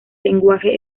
lenguaje